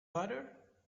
butter